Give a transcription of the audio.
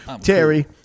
Terry